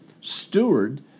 steward